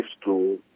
school